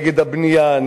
נגד הבנייה,